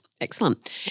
Excellent